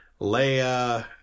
Leia